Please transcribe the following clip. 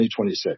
2026